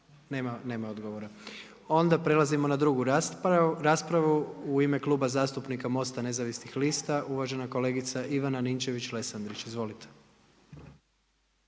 Nema odgovora. Onda prelazimo na drugu raspravu, u ime Kluba zastupnika Mosta nezavisnih lista, uvažena kolegica Ivana Ninčević-Lesandrić. Izvolite.